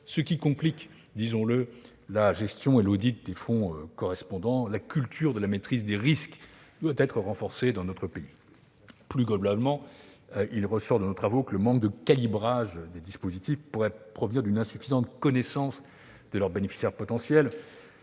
ce qui complique la gestion et l'audit des fonds correspondants. La culture de la maîtrise des risques doit être renforcée dans notre pays. Plus globalement, il ressort de nos travaux que le manque de calibrage des dispositifs pourrait provenir d'une insuffisante connaissance de leurs bénéficiaires potentiels.